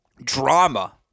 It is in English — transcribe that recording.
drama